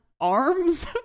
Arms